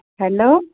hello